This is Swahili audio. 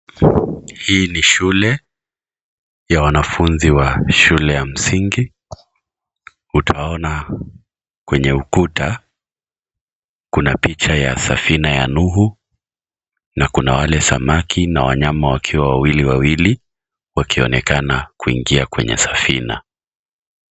Hii ni shule ya wanafunzi wa shule ya msingi. Utaona kwenye ukuta kuna picha ya safina ya nuhu, na kuna wale samaki na wanyama wakiwa wawili wawili wakionekana kuingia kwenye safina.